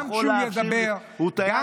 גם כשהוא ידבר, הוא טייס קרב.